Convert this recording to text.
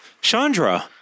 Chandra